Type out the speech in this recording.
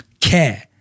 Care